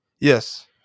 Yes